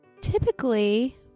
typically